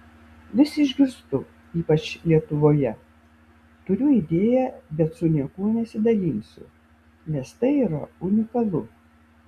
vis išgirstu ypač lietuvoje turiu idėją bet su niekuo nesidalinsiu nes tai yra unikalu